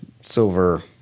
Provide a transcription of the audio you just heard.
silver